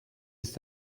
ist